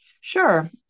Sure